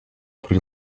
pri